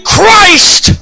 Christ